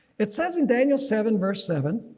it says in daniel seven verse seven.